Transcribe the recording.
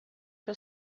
her